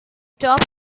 top